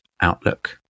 outlook